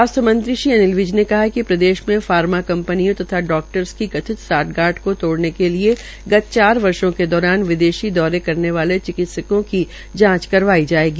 स्वास्थ्य मंत्री श्री अनिल विज ने कहा है कि प्रदेश में फार्मा कंपनियों तथा डाक्टर्स की कथित सांठगांठ को तोड़ने के लिए गत चार वर्षो के दौरान विदेशी दौरे करने वाले चिकित्सकों की जांच करवाई जायेगी